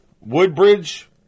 Woodbridge